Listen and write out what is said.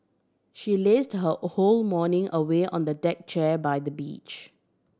she lazed her whole morning away on a deck chair by the beach